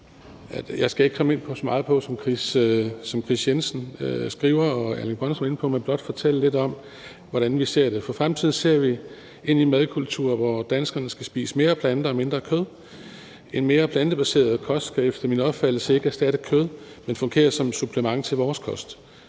Jeg skal ikke komme ind på så meget, som Kris Jensen Skriver og Erling Bonnesen var inde på, men blot fortælle lidt om, hvordan vi ser det. For fremtiden ser vi ind i en madkultur, hvor danskerne skal spise flere planter og mindre kød. En mere plantebaseret kost skal efter min opfattelse ikke erstatte kød, men fungere som et supplement til vores kost